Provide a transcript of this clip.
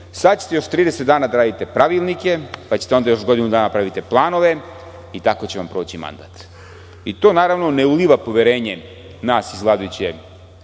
Sada ćete još 30 dana da radite pravilnike, pa ćete onda još godinu dana da pravite planove i tako će vam proći mandat. I to naravno ne uliva poverenje nas iz DS,